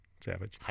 Savage